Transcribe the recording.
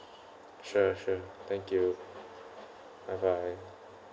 sure sure thank you bye bye